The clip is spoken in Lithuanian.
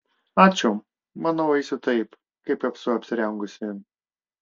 ačiū manau eisiu taip kaip esu apsirengusi